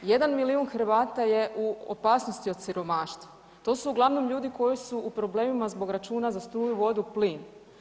Jedan milijun Hrvata je u opasnosti od siromaštva, to su uglavnom ljudi koji su u problemima zbog računa za struju, vodu, plin.